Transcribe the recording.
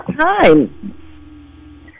time